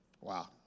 Wow